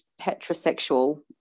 heterosexual